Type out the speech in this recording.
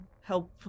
help